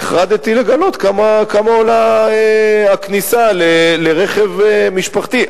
נחרדתי לגלות כמה עולה הכניסה לרכב משפחתי.